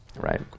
right